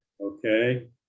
Okay